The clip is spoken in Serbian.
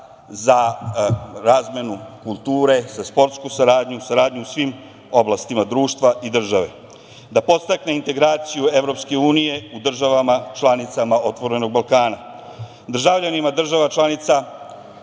za razmenu kulture, za sportsku saradnju, saradnju u svim oblastima društva i države, da podstakne integraciju EU u državama članicama „Otvorenog Balkana“. Državljanima država članica